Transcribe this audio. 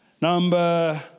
Number